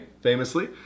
famously